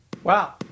Wow